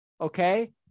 okay